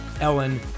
Ellen